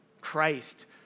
Christ